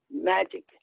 magic